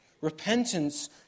Repentance